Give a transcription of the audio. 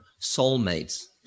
soulmates